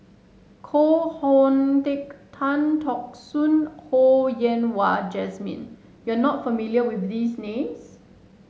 Koh Hoon Teck Tan Teck Soon Ho Yen Wah Jesmine you are not familiar with these names